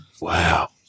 Wow